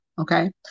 okay